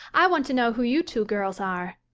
i want to know who you two girls are,